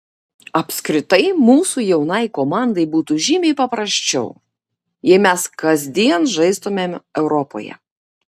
apskritai mūsų jaunai komandai būtų žymiai paprasčiau jei mes kasdien žaistumėm europoje